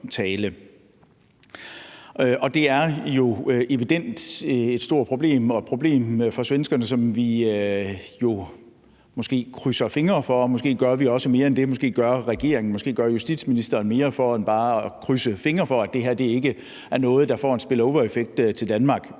Det er jo evident, at det er et stort problem og et problem for svenskerne, som vi krydser fingre for – og måske gør vi også mere end det; måske gør regeringen og justitsministeren mere end bare at krydse fingre for det – ikke er noget, der får en spillovereffekt i forhold